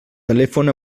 telèfon